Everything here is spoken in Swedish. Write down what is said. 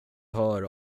hör